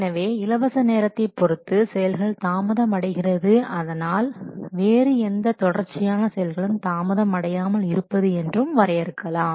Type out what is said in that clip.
எனவே இலவச நேரத்தை பொருத்து செயல்கள் தாமதம் அடைகிறது அதனால் வேறு எந்த தொடர்ச்சியான செயல்களும் தாமதம் அடையாமல் இருப்பது என்றும் வரையறுக்கலாம்